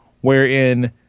wherein